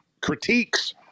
critiques